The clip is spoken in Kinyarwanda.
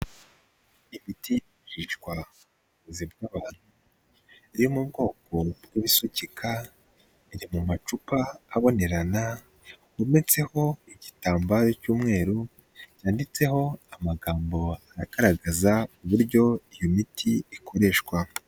Imiti mu bicupa iri mu bwoko bw'ibisukika, iri mu macupa abonerana yometseho igitambaro cy'umweru yanditseho amagambo agaragaza uburyo iyo miti ikoreshwa.